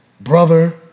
brother